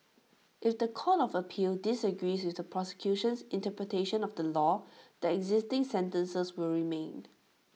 if The Court of appeal disagrees with the prosecution's interpretation of the law the existing sentences will remain